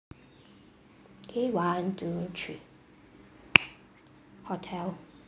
okay one two three hotel